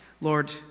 Lord